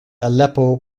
aleppo